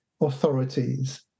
authorities